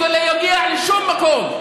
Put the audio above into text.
זה לא יגיע לשום מקום.